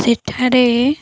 ସେଠାରେ